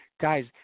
Guys